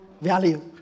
value